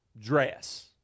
dress